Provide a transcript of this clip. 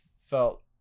felt